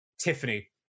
Tiffany